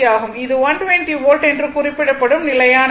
இது 120 வோல்ட் என்று குறிப்பிடப்படும் நிலையான கோடு